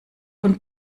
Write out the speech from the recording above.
von